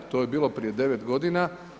To je bio prije 9 godina.